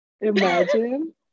Imagine